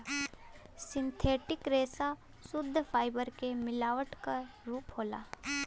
synthetic रेसा सुद्ध fibre के मिलावट क रूप होला